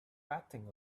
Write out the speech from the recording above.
betting